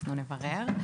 אנחנו נברר.